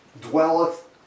dwelleth